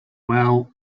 well